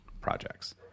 projects